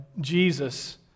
Jesus